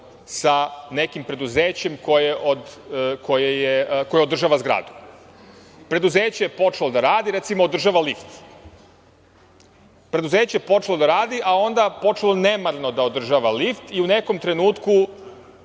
sa nekim preduzećem koje održava zgradu. Preduzeće je počelo da radi i, recimo, održava lift. Preduzeće je počelo da radi, a onda je počelo nemarno da održava lift i u nekom trenutku